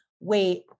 wait